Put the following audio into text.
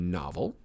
novel